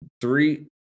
three